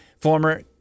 Former